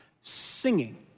Singing